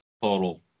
total